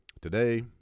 Today